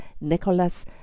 Nicholas